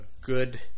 good